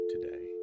today